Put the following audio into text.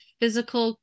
physical